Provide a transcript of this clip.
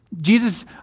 Jesus